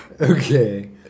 Okay